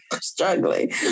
struggling